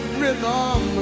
rhythm